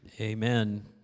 Amen